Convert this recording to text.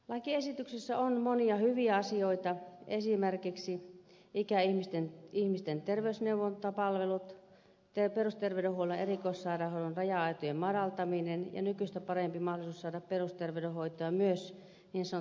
lakiesityksessä on monia hyviä asioita esimerkiksi ikäihmisten terveysneuvontapalvelut perusterveydenhuollon ja erikoissairaanhoidon raja aitojen madaltaminen ja nykyistä parempi mahdollisuus saada perusterveydenhoitoa myös niin sanotusti mökkipaikkakunnilla